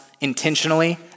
intentionally